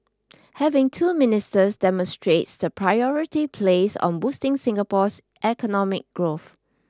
having two ministers demonstrates the priority placed on boosting Singapore's economic growth